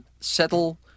settle